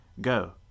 Go